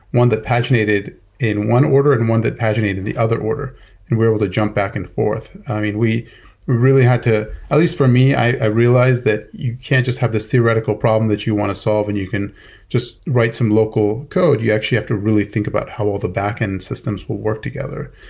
one that paginated in one order and one that paginated in the other order and we're able to jump back and forth. i mean, we really had to at least for me, i realized that you can't just have this theoretical problem that you want to solve and you can just write some local code. you actually have to really think about how all the backend systems will work together.